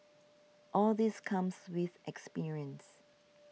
all this comes with experience